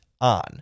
ON